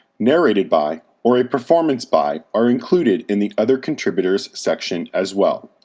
narrated by, or a performance by are included in the other contributors section as well.